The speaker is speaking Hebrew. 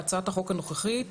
בהצעת החוק הנוכחית,